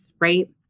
right